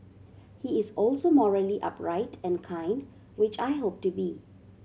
he is also morally upright and kind which I hope to be